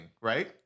right